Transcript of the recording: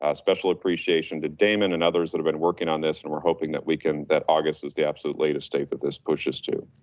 ah special appreciation to damon and others that have been working on this and we're hoping that we can, that august is the absolute latest date that this pushes to.